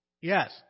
Yes